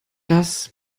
das